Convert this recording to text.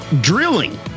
drilling